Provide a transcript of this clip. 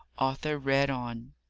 arthur read on.